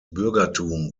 bürgertum